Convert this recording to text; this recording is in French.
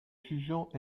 jugeons